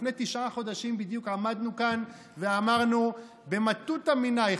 לפני תשעה חודשים בדיוק עמדנו כאן ואמרנו: במטותא מנייכו,